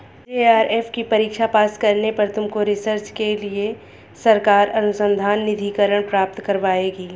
JRF की परीक्षा पास करने पर तुमको रिसर्च के लिए सरकार अनुसंधान निधिकरण प्राप्त करवाएगी